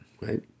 Right